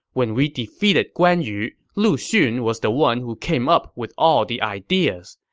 when we defeated guan yu, lu xun was the one who came up with all the ideas.